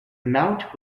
amount